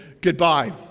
goodbye